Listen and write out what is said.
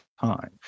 time